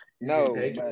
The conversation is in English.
No